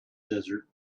desert